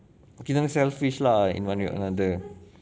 kira him selfish lah in one way or another